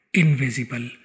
invisible